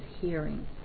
hearing